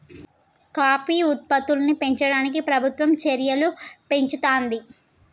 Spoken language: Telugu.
కాఫీ ఉత్పత్తుల్ని పెంచడానికి ప్రభుత్వం చెర్యలు పెంచుతానంది